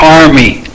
army